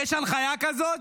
יש הנחיה כזאת?